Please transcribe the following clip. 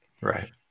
Right